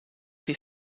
wie